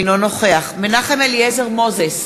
אינו נוכח מנחם אליעזר מוזס,